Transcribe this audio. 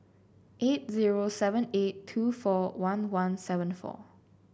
eight zero seven eight two four one one seven four